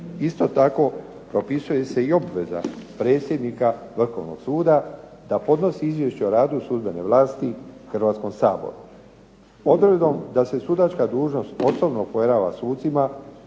Isto tako, propisuje se i obveza predsjednika Vrhovnog suda da podnosi izvješće o radu sudbene vlasti Hrvatskom saboru. Odredbom da se sudačka dužnost osobno povjerava sucima